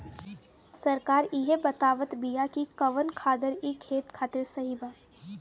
सरकार इहे बतावत बिआ कि कवन खादर ई खेत खातिर सही बा